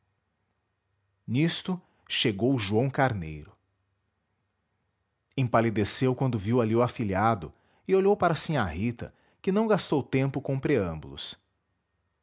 nisto chegou joão carneiro empalideceu quando viu ali o afilhado e olhou para sinhá rita que não gastou tempo com preâmbulos